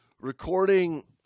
Recording